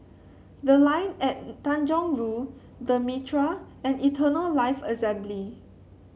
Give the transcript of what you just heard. The Line at Tanjong Rhu The Mitraa and Eternal Life Assembly